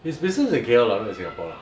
his business in K_L lah not in Singapore lah